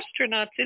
astronauts